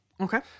Okay